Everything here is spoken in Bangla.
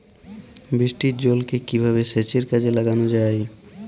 বৃষ্টির জলকে কিভাবে সেচের কাজে লাগানো যায়?